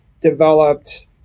developed